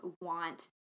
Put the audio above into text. want